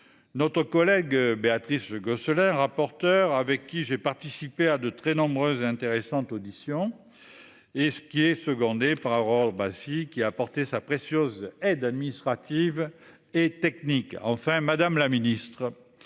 Notre collègue Béatrice Gosselin rapporteur avec qui j'ai participé à de très nombreuses intéressante audition. Et ce qui est secondé par Aurore. Qui a apporté sa précieuse aide administrative et technique enfin Madame la Ministre